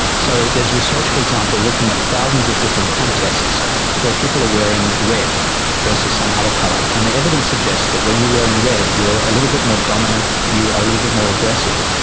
so there's research, for example, looking at thousands of different contests where people are wearing red versus some other colour. and the evidence suggests that when you are wearing red you are a little bit more dominant, you are a little bit more aggressive.